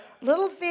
Little